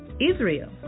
Israel